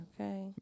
Okay